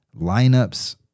lineups